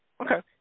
Okay